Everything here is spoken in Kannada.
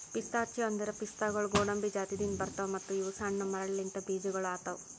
ಪಿಸ್ತಾಚಿಯೋ ಅಂದುರ್ ಪಿಸ್ತಾಗೊಳ್ ಗೋಡಂಬಿ ಜಾತಿದಿಂದ್ ಬರ್ತಾವ್ ಮತ್ತ ಇವು ಸಣ್ಣ ಮರಲಿಂತ್ ಬೀಜಗೊಳ್ ಆತವ್